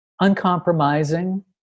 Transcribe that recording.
uncompromising